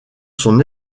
son